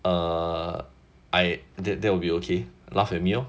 err I th~ that will be okay laugh at me lor